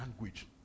language